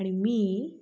आणि मी